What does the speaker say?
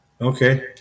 okay